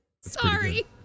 Sorry